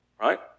right